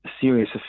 serious